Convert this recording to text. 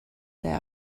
there